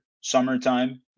Summertime